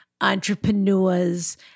entrepreneurs